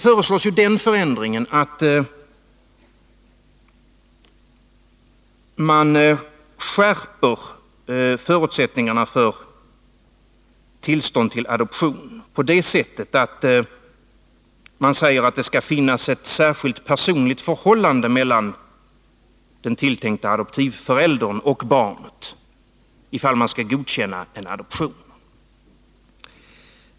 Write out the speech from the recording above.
Förändringen innebär att man skall skärpa förutsättningarna för tillstånd till adoption på det sättet att det skall finnas ett särskilt personligt förhållande mellan den tilltänkta adoptivföräldern och barnet, ifall en adoption skall godkännas.